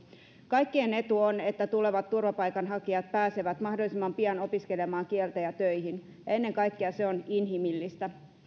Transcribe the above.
kaikkien etu on että tulevat turvapaikanhakijat pääsevät mahdollisimman pian opiskelemaan kieltä ja töihin ja ennen kaikkea se on inhimillistä